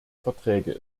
verträge